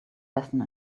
lesson